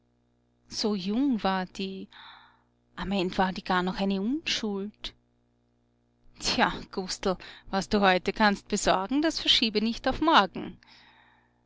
so jung war die am end war die gar noch eine unschuld ja gustl was du heute kannst besorgen das verschiebe nicht auf morgen